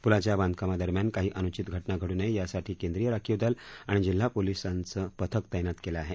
पुलाच्या बांधकामादरम्यान काही अनुचित घटना घडू नये यासाठी केंद्रीय राखीव दल आणि जिल्हा पोलिसांचं पथक तैनात केलं आहे